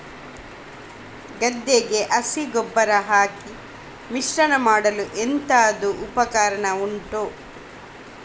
ಗದ್ದೆಗೆ ಹಸಿ ಗೊಬ್ಬರ ಹಾಕಿ ಮಿಶ್ರಣ ಮಾಡಲು ಎಂತದು ಉಪಕರಣ ಉಂಟು?